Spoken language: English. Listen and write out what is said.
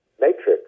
matrix